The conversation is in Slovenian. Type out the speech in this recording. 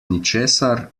ničesar